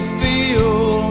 feel